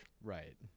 Right